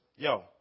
Yo